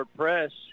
press